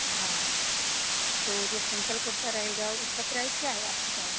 हाँ तो जो सिंपल कुर्ता रहेगा उसका प्राइस क्या है आपके पास